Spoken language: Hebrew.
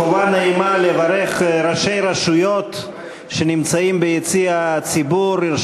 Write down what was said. חובה נעימה היא לברך ראשי רשויות לשעבר שנמצאים ביציע הציבור.